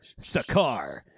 Sakar